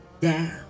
down